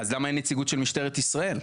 אז למה אין נציגות של משטרת ישראל?